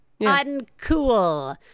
Uncool